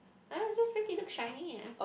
uh just make it look shiny ah